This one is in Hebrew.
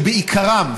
שבעיקרם,